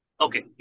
Okay